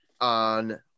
on